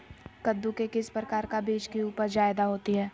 कददु के किस प्रकार का बीज की उपज जायदा होती जय?